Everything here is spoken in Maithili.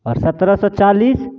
आओर सतरह सओ चालिस